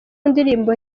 ndirimbo